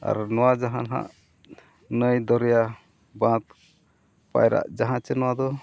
ᱟᱨ ᱱᱚᱣᱟ ᱡᱟᱦᱟᱸ ᱱᱟᱦᱟᱜ ᱱᱟᱹᱭ ᱫᱚᱨᱭᱟ ᱵᱟᱸᱫᱽ ᱯᱟᱭᱨᱟᱜ ᱡᱟᱦᱟᱸ ᱪᱮ ᱱᱚᱣᱟ ᱫᱚ